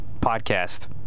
podcast